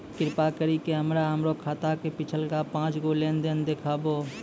कृपा करि के हमरा हमरो खाता के पिछलका पांच गो लेन देन देखाबो